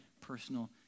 personal